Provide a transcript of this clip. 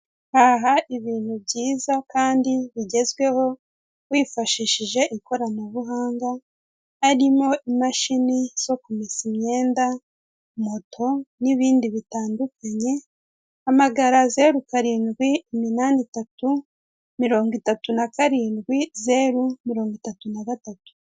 Haha ibintu byiza kandi bigezweho wifashishije ikoranabuhanga, harimo imashini zo kumesa imyenda, moto n'ibindi bitandukanye. Hamagara zeru karindwi iminani itatu, mirongo itatu na karindwi, zeru mirongo itatu na gatatu.